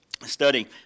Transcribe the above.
study